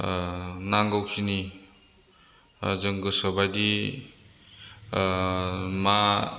नांगौखिनि जों गोसोबायदि मा